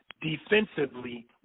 defensively